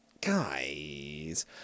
guys